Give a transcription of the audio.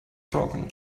broken